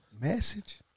Message